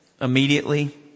immediately